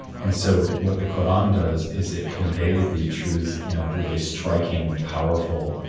and so, what the koran does is it conveys these truths in a really striking, powerful,